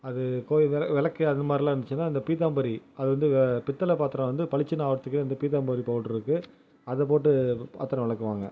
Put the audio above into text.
அது கோயில் விள விளக்கு அதுமாதிரிலா இருந்துச்சுனால் இந்த பீத்தாம்பரி அது வந்து பித்தளை பாத்திரம் வந்து பளிச்சுனு ஆகுறத்துக்கு இந்த பீத்தாம்பரி பவுட்ரு இருக்குது அதை போட்டு பாத்திரம் விளக்குவாங்க